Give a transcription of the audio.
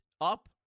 up